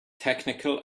technical